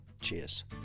Cheers